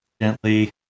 gently